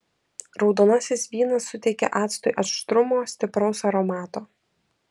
raudonasis vynas suteikia actui aštrumo stipraus aromato